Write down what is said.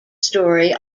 story